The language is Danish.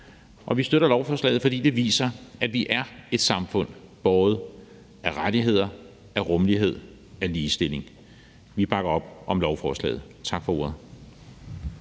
Vi støtter lovforslaget, fordi det viser, at vi er et samfund båret af rettigheder, af rummelighed og af ligestilling. Vi bakker op om lovforslaget. Tak for ordet.